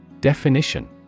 Definition